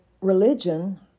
religion